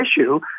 issue